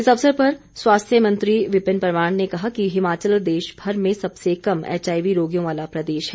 इस अवसर पर स्वास्थ्य मंत्री विपिन परमार ने कहा कि हिमाचल देश भर में सबसे कम एचआईवी रोगियों वाला प्रदेश है